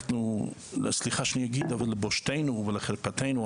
אנחנו, סליחה שאני אגיד, אבל לבושתנו ולחרפתנו.